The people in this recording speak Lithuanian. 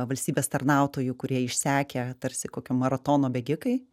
valstybės tarnautojų kurie išsekę tarsi kokio maratono bėgikai